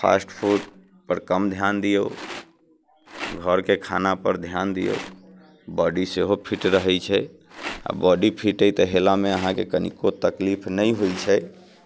फास्टफूडपर कम ध्यान दियौ घरके खानापर ध्यान दियौ बॉडी सेहो फिट रहैत छै आ बॉडी फिट अइ तऽ हेलयमे अहाँकेँ कनिको तकलीफ नहि होइत छै